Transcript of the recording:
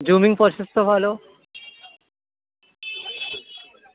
zooming প্রসেসও ভালো